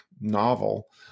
novel